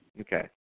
Okay